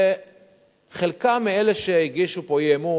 וחלק מאלה שהגישו פה אי-אמון,